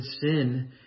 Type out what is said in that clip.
sin